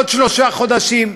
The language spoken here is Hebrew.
עוד שלושה חודשים.